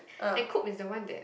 and cook is the one that